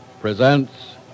Presents